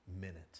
minute